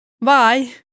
Bye